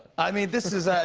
i mean, this is ah